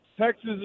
Texas